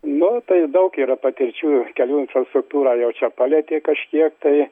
nu tai daug yra patirčių kelių infrastruktūrą jau čia palietė kažkiek tai